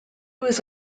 was